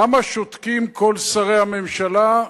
למה שותקים כל שרי הממשלה?